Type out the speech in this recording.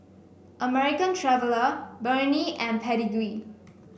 American Traveller Burnie and Pedigree